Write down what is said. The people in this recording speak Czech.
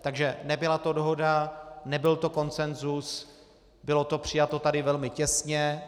Takže nebyla to dohoda, nebyl to konsenzus, bylo to tady přijato velmi těsně.